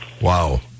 Wow